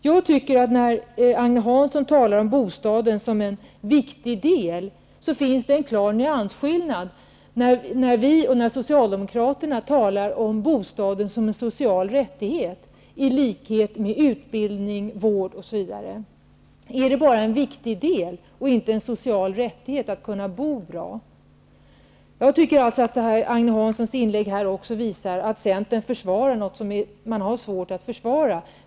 Jag tycker att det när Agne Hansson talar om bostaden som något viktigt framkommer en klar nyansskillnad jämfört med när vi och Socialdemokraterna talar om bostaden som en social rättighet -- i likhet med utbildning, vård osv. Är det bara något viktigt och inte en social rättighet att kunna bo bra? Jag tycker att Agne Hansson inlägg visar att Centern försvarar något som man har svårt att försvara.